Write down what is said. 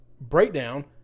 breakdown